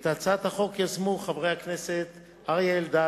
את הצעת החוק יזמו חברי הכנסת אריה אלדד,